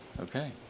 Okay